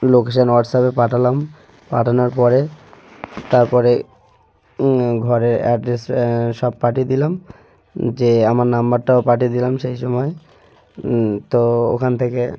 location হোয়াটসাআপে পাঠালাম পাঠানোর পরে তারপরে ঘরে অ্যাড্রেস সব পাঠিয়ে দিলাম যে আমার নাম্বারটাও পাঠিয়ে দিলাম সেই সময় তো ওখান থেকে